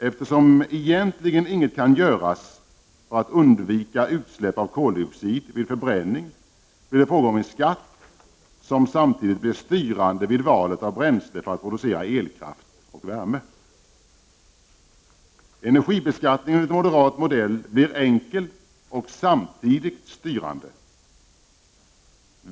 Eftersom ingenting egentligen kan göras för att undvika utsläpp av koldioxid vid förbränning, blir det fråga om en skatt som samtidigt blir styrande vid valet av bränsle för användning vid produktion av elkraft och värme. Energibeskattningen enligt moderat modell blir enkel och samtidigt styrande.